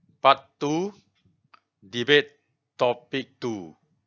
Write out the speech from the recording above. part two debate topic two